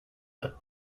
but